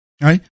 right